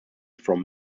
from